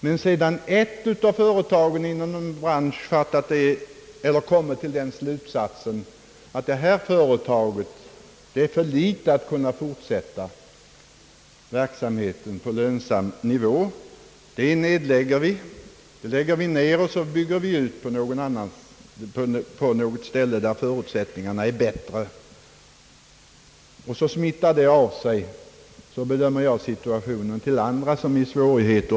Men sedan ett av företagen inom en bransch kommit till den slutsatsen att företaget är för litet för att kunna fortsätta verksamheten på lönsam nivå och därför måste nedläggas för att senare byggas upp på något ställe där förutsättningarna är bättre, smittar detta av sig — så bedömer jag situationen — till andra företag som är i svårigheter.